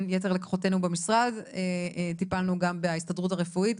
יתר לקוחותינו במשרד דיברנו גם בהסתדרות הרפואית.